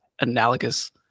analogous